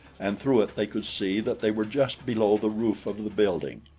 and through it they could see that they were just below the roof of the building.